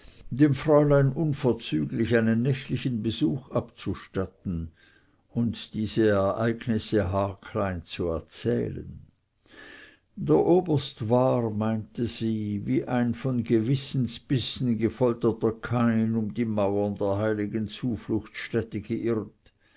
dem fräulein unverzüglich einen nächtlichen besuch abzustatten und diese ereignisse haarklein zu erzählen der oberst war meinte sie wie ein von gewissensbissen gefolterter kain um die mauern der heiligen zufluchtsstätte geirrt